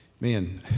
man